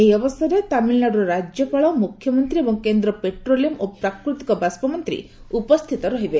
ଏହି ଅବସରରେ ତାମିଲନାଡୁର ରାଜ୍ୟପାଳ ମୁଖ୍ୟମନ୍ତ୍ରୀ ଏବଂ କେନ୍ଦ୍ର ପେଟ୍ରୋଲିୟମ ଏବଂ ପ୍ରାକୃତିକ ଗ୍ୟାସ ମନ୍ତ୍ରୀ ଉପସ୍ଥିତ ରହିବେ